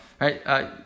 Right